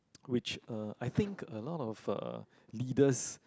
which uh I think a lot of uh leaders